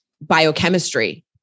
biochemistry